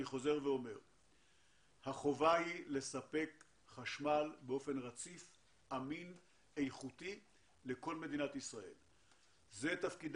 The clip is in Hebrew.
הקצתה לא מעט תקציבים כדי להגן על הפלטפורמות האלו.